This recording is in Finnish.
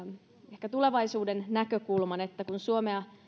ehkä tulevaisuuden näkökulman että kun suomea